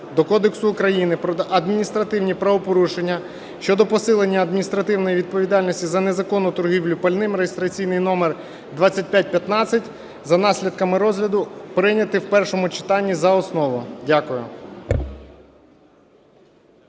до Кодексу України про адміністративні правопорушення щодо посилення адміністративної відповідальності за незаконну торгівлю пальним (реєстраційний номер 2215) за наслідками розгляду прийняти в першому читанні за основу. Дякую.